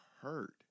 hurt